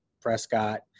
Prescott